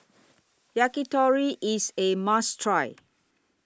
Yakitori IS A must Try